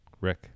rick